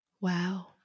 Wow